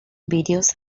videos